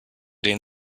den